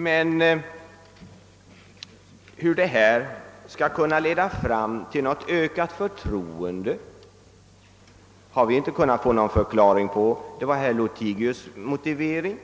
Men hur detta skall kunna åstadkomma ett ökat förtroende — det var herr Lothigius” motivering